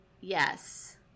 yes